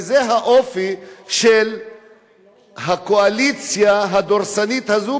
וזה האופי של הקואליציה הדורסנית הזאת,